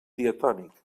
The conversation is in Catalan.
diatònic